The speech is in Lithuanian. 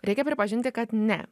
reikia pripažinti kad ne